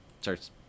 starts